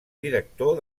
director